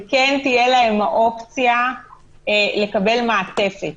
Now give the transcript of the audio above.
ותהיה להם האפשרות לקבל מעטפת.